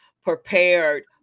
prepared